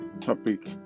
topic